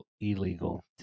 illegal